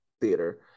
theater